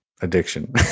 addiction